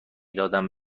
دادم